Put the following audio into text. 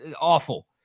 awful